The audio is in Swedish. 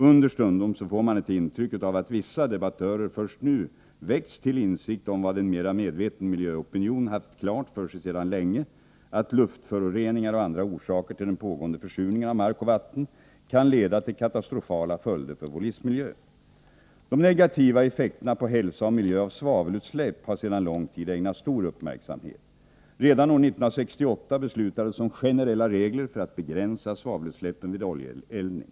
Understundom får man ett intryck av att vissa debattörer först nu väckts till insikt om vad en mera medveten miljöopinion haft klart för sig sedan länge, nämligen att luftföroreningar och andra orsaker till den pågående försurningen av mark och vatten kan leda till katastrofala följder för vår livsmiljö. De negativa effekterna på hälsa och miljö av svavelutsläpp har sedan lång tid ägnats stor uppmärksamhet. Redan år 1968 beslutades om generella regler för att begränsa svavelutsläppen vid oljeeldning.